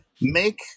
Make